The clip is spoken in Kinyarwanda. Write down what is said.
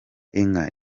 inka